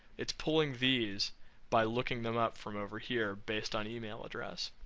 it's pulling these by looking them up from over here, based on email address.